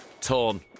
torn